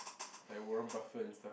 like Warren-Buffet and stuff